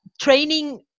training